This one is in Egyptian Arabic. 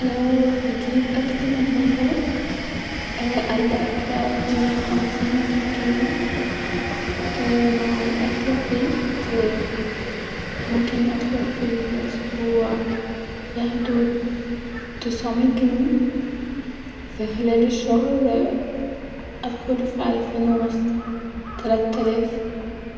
لو بجيب اكل من برا اقل اكله بميه وخمسين جنيه- مع اكل البيت ممكن ادخل في الاسبوع-في حدود- تسعوميه جنيه-في خلال الشهر ادخل في اللفين ونص-تلات تلاف